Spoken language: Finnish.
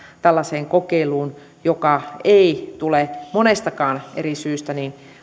tällaiseen kokeiluun joka ei tule monestakaan eri syystä